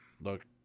Look